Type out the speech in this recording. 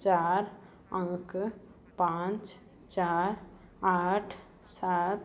चार अंक पाँच चार आठ सात